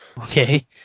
Okay